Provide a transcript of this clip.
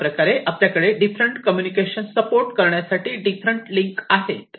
अशाप्रकारे आपल्याकडे different communication support करण्यासाठी डिफरंट लिंक आहे